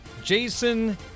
Jason